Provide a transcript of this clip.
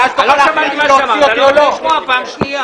לא שמעתי מה שאמרת ואני לא רוצה לשמוע פעם שנייה.